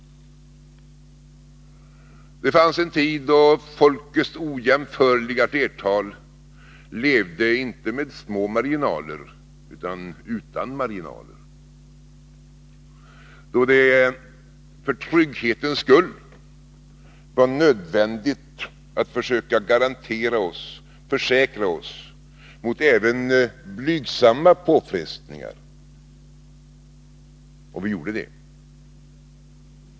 Det fanns en tid då ett ojämförligt flertal av folket levde inte med små marginaler men utan marginaler, då det för trygghetens skull var nödvändigt att vi försökte försäkra oss mot även blygsamma påfrestningar. Och vi gjorde det.